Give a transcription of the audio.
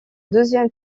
deuxième